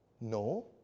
No